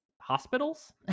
hospitals